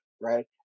right